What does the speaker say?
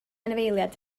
anifeiliaid